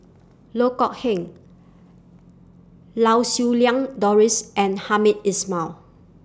Loh Kok Heng Lau Siew Lang Doris and Hamed Ismail